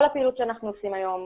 כל הפעילות שאנחנו עושים היום,